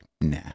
nah